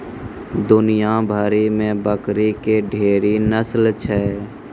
दुनिया भरि मे बकरी के ढेरी नस्ल छै